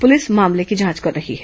police मामले की जांच कर रही है